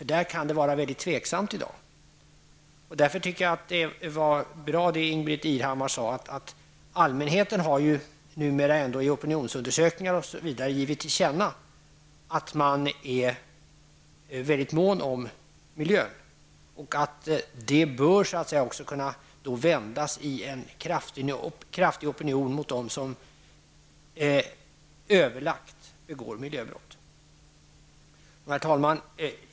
Där kan det faktiskt råda osäkerhet i dag. Därför tycker jag att det var bra att Ingbritt Irhammar sade att allmänheten numera bl.a. i opinionsundersökningar har givit till känna att man är väldigt mån om miljön. Det bör kunna vändas i en kraftig opinion mot dem som överlagt begår miljöbrott. Herr talman!